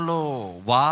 Wow